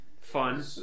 fun